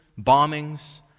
bombings